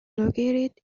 located